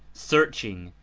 searching,